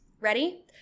Ready